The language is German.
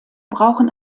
brauchen